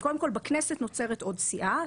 קודם כול, בכנסת נוצרת עוד סיעה.